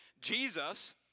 Jesus